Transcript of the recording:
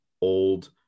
old